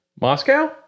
moscow